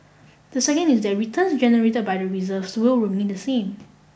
the second is that returns generated by the reserves will remain the same